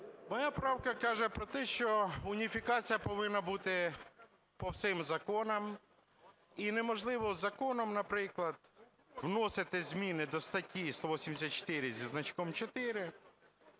Моя правка каже про те, що уніфікація повинна бути по всім законам, і неможливо законом, наприклад, вносити зміни до статті 184 зі значком 4.